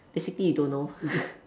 basically you don't know